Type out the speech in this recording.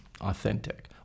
authentic